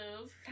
move